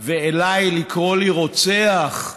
ואליי, לקרוא לי "רוצח".